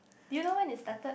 do you know when it started